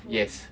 yes